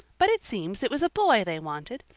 but it seems it was a boy they wanted.